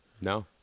No